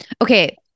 Okay